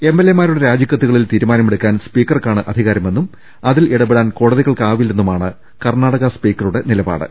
എംഎൽഎമാരുടെ രാജിക്കത്തുകളിൽ തീരുമാനമെടു ക്കാൻ സ്പീകർക്കാണ് അധികാരമെന്നും അതിൽ ഇടപെടാൻ കോട തികൾക്കാവില്ലെന്നുമാണ് കർണാടക സ്പീക്കറുടെ നിലപാട്